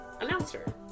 announcer